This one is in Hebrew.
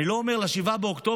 אני לא אומר ל-7 באוקטובר,